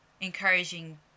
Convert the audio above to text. encouraging